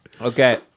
Okay